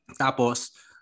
tapos